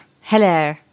hello